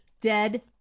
Dead